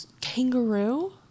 kangaroo